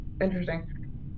interesting